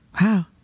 Wow